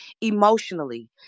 emotionally